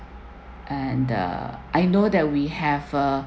and the I know that we have uh